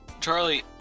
Charlie